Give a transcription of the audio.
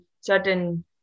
certain